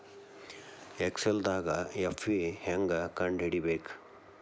ಎಕ್ಸೆಲ್ದಾಗ್ ಎಫ್.ವಿ ಹೆಂಗ್ ಕಂಡ ಹಿಡಿಬೇಕ್